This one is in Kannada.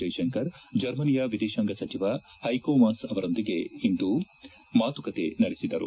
ಜೈಶಂಕರ್ ಜರ್ಮನಿಯ ವಿದೇಶಾಂಗ ಸಚಿವ ಪೈಕೋ ಮಾಸ್ ಅವರೊಂದಿಗೆ ಇಂದು ಮಾತುಕತೆ ನಡೆಸಿದರು